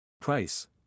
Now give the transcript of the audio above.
Price